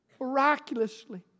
miraculously